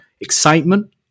excitement